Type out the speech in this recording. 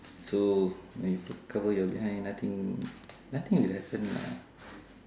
so when you cover your behind nothing nothing will happen lah